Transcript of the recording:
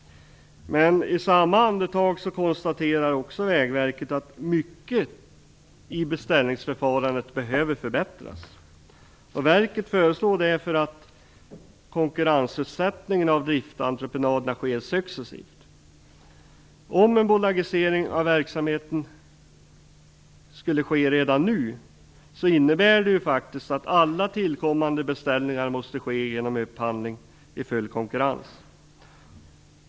Men i samma andetag konstaterar Vägverket att mycket i beställningsförfarandet behöver förbättras. Verket föreslår därför att konkurrensutsättningen av driftentreprenaderna sker successivt. Om en bolagisering av verksamheten skulle ske redan nu innebär det faktiskt att alla tillkommande beställningar måste ske genom upphandling i full konkurrens.